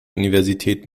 universität